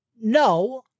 no